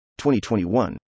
2021